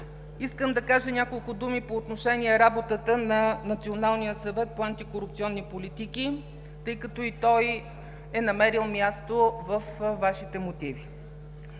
искам да кажа няколко думи по отношение работата на Националния съвет по антикорупционни политики, тъй като и той е намерил място във Вашите мотиви.